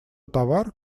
товар